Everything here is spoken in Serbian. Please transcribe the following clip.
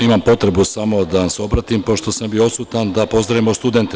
Imam potrebu samo da vam se obratim, pošto sam bio odsutan, da pozdravimo studente.